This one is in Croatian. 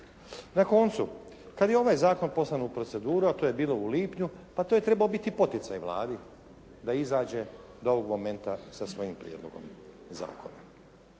Na koncu kad je ovaj zakon poslan u proceduru a to je bilo u lipnju pa to je trebao biti poticaj Vladi da izađe da ovog momenta sa svojim prijedlogom zakona.